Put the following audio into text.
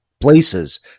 places